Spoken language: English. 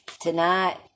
Tonight